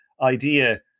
idea